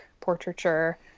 portraiture